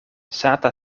sata